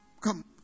come